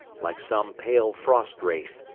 like some pale frost wraith,